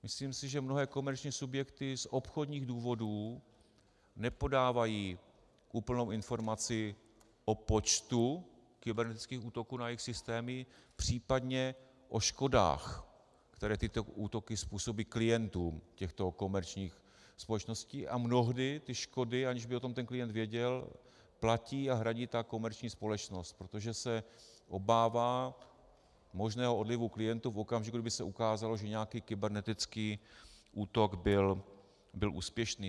Myslím si, že mnohé komerční subjekty z obchodních důvodů nepodávají úplnou informaci o počtu kybernetických útoků na jejich systémy, případně o škodách, které tyto útoky způsobí klientům těchto komerčních společností, a mnohdy ty škody, aniž by o tom ten klient věděl, platí a hradí ta komerční společnost, protože se obává možného odlivu klientů v okamžiku, kdy by se ukázalo, že nějaký kybernetický útok byl úspěšný.